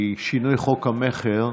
שינוי חוק המכר,